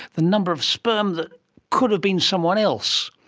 the number of sperm that could have been someone else.